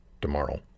tomorrow